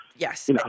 Yes